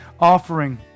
offering